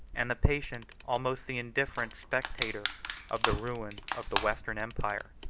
and the patient, almost the indifferent, spectator of the ruin of the western empire,